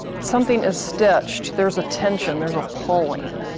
something is stitched, there's a tension, there's a pulling.